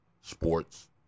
sports